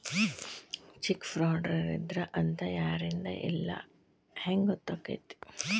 Check ಫ್ರಾಡರಿದ್ದಾರ ಅಂತ ಯಾರಿಂದಾ ಇಲ್ಲಾ ಹೆಂಗ್ ಗೊತ್ತಕ್ಕೇತಿ?